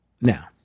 Now